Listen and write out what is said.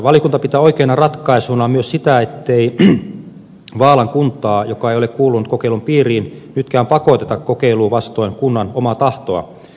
valiokunta pitää oikeana ratkaisuna myös sitä ettei vaalan kuntaa joka ei ole kuulunut kokeilun piiriin nytkään pakoteta kokeiluun vastoin kunnan omaa tahtoa